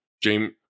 James